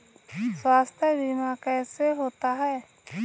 स्वास्थ्य बीमा कैसे होता है?